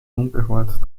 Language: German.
unbehaart